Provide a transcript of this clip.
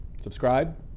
subscribe